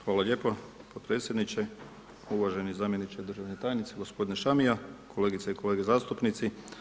hvala lijepo potpredsjedniče, uvaženi zamjeniče državne tajnice g. Šamija, kolegice i kolege zastupnici.